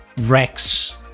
Rex